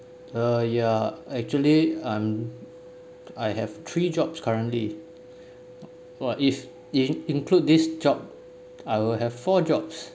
uh yeah actually I'm I have three jobs currently !wah! if if in include this job I will have four jobs